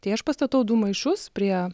tai aš pastatau du maišus prie